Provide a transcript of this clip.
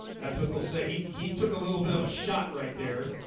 that's what they'll say. he he took a little bit of a shot right there.